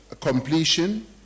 completion